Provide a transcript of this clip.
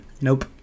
Nope